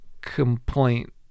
complaint